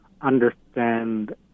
understand